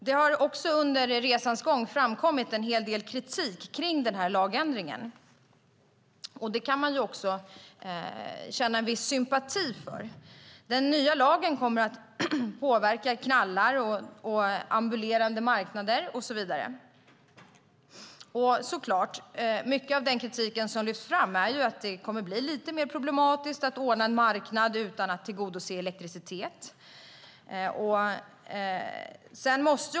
Det har också under resans gång framkommit en hel del kritik mot den här lagändringen. Det kan man känna en viss sympati för. Den nya lagen kommer att påverka knallar, ambulerande marknader och så vidare. Mycket av den kritiken som lyfts fram är att det kommer att bli lite mer problematiskt att ordna en marknad utan att tillhandahålla elektricitet.